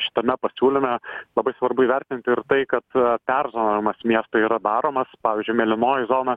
šitame pasiūlyme labai svarbu įvertinti ir tai kad perzonavimas mieste yra daromas pavyzdžiui mėlynoji zona